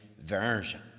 version